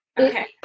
Okay